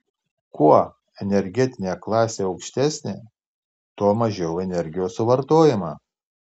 kuo energetinė klasė aukštesnė tuo mažiau energijos suvartojama